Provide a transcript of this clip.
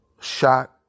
shot